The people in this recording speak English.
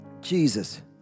Jesus